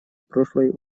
прошлой